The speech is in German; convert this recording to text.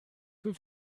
für